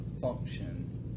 function